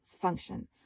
function